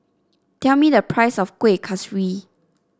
tell me the price of Kuih Kaswi